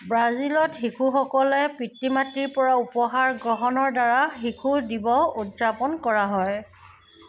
ব্ৰাজিলত শিশুসকলে পিতৃ মাতৃৰ পৰা উপহাৰ গ্ৰহণৰ দ্বাৰা শিশু দিৱস উদযাপন কৰা হয়